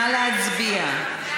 נא להצביע.